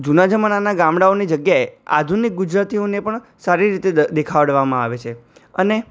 જૂના જમાનાના ગામડાઓની જગ્યાએ આધુનિક ગુજરાતીઓને પણ સારી રીતે દેખાડવામાં આવે છે અને